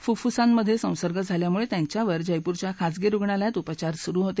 फुफ्फुसांमधे संसर्ग झाल्यामुळे त्यांच्यावर जयपूरच्या खाजगी रुग्णालयात उपचार सुरु होते